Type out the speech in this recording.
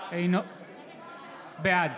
בעד